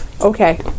Okay